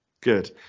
Good